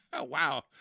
Wow